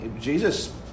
Jesus